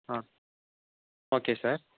ಹಾಂ okay sir